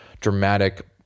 dramatic